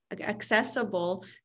accessible